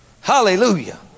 Hallelujah